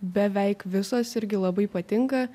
beveik visos irgi labai patinka